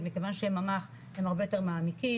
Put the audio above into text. מכיוון שהם ממ"ח הם הרבה יותר מעמיקים,